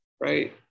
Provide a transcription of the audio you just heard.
Right